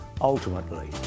ultimately